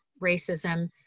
racism